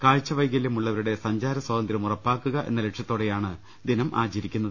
കാഴ്ച വൈകല്യമുള്ളവരുടെ സഞ്ചാരസ്വാതന്ത്ര്യം ഉറപ്പാക്കുക എന്ന ലക്ഷ്യത്തോടെയാണ് ദിനം ആചരിക്കുന്നത്